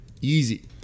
easy